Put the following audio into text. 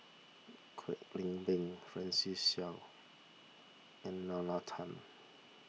Kwek Leng Beng Francis Seow and Nalla Tan